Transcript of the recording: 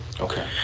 okay